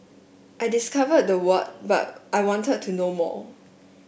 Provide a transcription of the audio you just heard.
I discovered the what but I wanted to know more